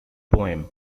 poem